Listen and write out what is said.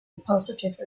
positive